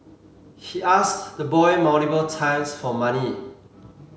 he asked the boy multiple times for money